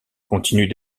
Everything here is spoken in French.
continuent